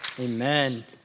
Amen